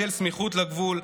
בשל סמיכות לגבול,